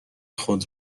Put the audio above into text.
خود